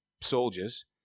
soldiers